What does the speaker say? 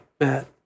Matt